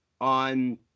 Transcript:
on